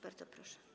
Bardzo proszę.